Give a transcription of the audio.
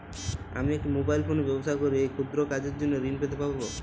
আমি একটি মোবাইল ফোনে ব্যবসা করি এই ক্ষুদ্র কাজের জন্য ঋণ পেতে পারব?